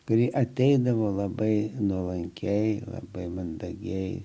kuri ateidavo labai nuolankiai labai mandagiai